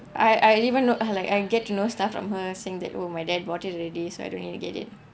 I I even know like I get to know stuff from her saying that oh my dad bought it already so I don't need to get it